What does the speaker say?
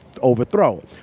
overthrow